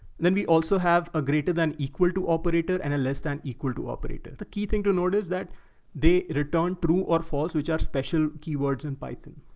then we also have a greater than equal to operator and a less than equal to operator. the key thing to note is that they return true or false, which are special keywords in python.